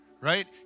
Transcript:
Right